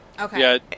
Okay